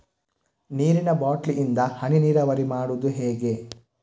ನೀರಿನಾ ಬಾಟ್ಲಿ ಇಂದ ಹನಿ ನೀರಾವರಿ ಮಾಡುದು ಹೇಗೆ?